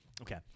Okay